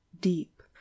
deep